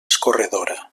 escorredora